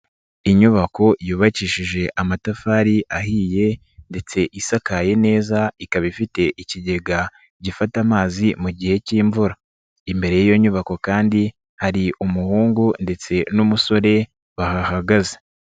Inyubako yubakishije amatafari ahiye ndetse isakaye neza, ikaba ifite ikigega gifata amazi mu gihe cy'mvura, imbere y'iyo nyubako kandi hari umuhungu ndetse n'umusore bahahagaze.